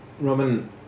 Robin